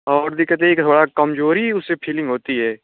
और दिक़्क़त यह है कि थोड़ा कमज़ोरी उससे फीलिंग होती हे